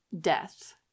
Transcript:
death